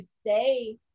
stay